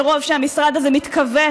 מרוב שהמשרד הזה מתכווץ?